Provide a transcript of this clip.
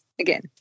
again